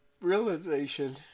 realization